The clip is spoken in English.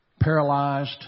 paralyzed